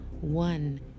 one